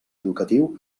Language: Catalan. educatiu